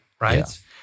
right